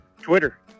Twitter